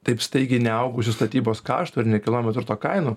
taip staigiai neaugusių statybos kaštų ir nekilnojamo turto kainų